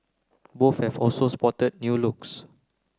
both have also spotted new looks